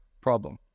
problem